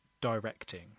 directing